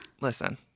Listen